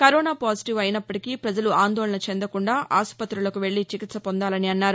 corona positive అయినప్పటికీ ప్రజలు ఆందోళన చెందకుండా ఆసుపుతులకు వెల్లి చికిత్స పొందాలని అన్నారు